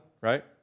right